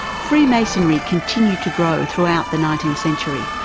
freemasonry continues to grow throughout the nineteenth century,